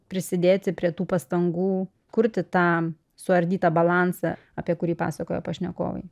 prisidėti prie tų pastangų kurti tą suardytą balansą apie kurį pasakojo pašnekovai